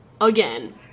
again